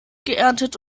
geerntet